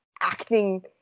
acting